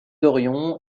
dorion